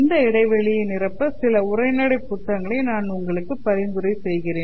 இந்த இடைவெளியை நிரப்ப சில உரைநடை புத்தகங்களை நான் உங்களுக்கு பரிந்துரை செய்கிறேன்